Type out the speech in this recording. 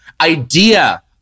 idea